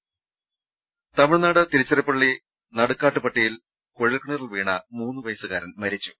് തമിഴ്നാട് തിരുച്ചിറപ്പള്ളി നടുക്കാട്ടുപട്ടിയിൽ കുഴൽക്കിണറിൽ വീണ മൂന്നു വയസ്സുകാരൻ മരിച്ചു